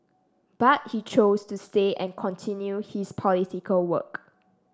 but he chose to stay and continue his political work